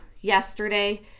yesterday